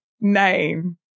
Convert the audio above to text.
name